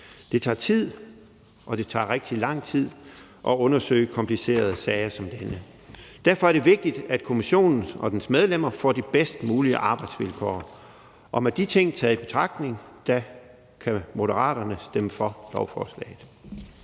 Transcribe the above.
Det tager tid, og det tager rigtig lang tid at undersøge komplicerede sager som denne. Derfor er det vigtigt, at kommissionen og dens medlemmer får de bedst mulige arbejdsvilkår. Og med de ting taget i betragtning kan Moderaterne stemme for lovforslaget.